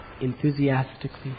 enthusiastically